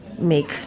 Make